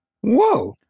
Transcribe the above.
Whoa